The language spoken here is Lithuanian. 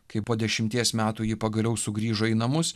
kai po dešimties metų ji pagaliau sugrįžo į namus